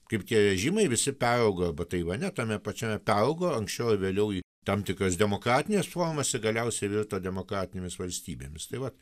kaip tie režimai visi peraugo arba taivane tame pačiame peraugo anksčiau ar vėliau į tam tikras demokratines formas ir galiausiai virto demokratinėmis valstybėmis tai vat